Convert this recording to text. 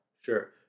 Sure